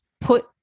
put